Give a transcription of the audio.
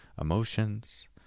emotions